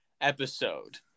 episode